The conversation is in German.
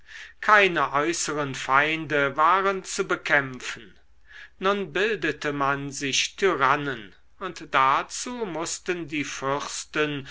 keine äußeren feinde waren zu bekämpfen nun bildete man sich tyrannen und dazu mußten die fürsten